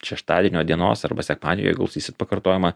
šeštadienio dienos arba sekmadienio jei klausysit pakartojimą